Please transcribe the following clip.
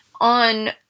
on